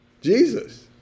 Jesus